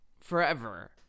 forever